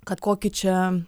kad kokį čia